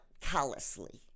callously